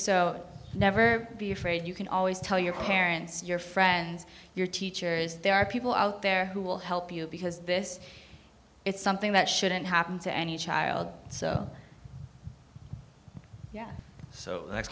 so never be afraid you can always tell your parents your friends your teachers there are people out there who will help you because this is something that shouldn't happen to any child so yeah so th